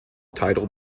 title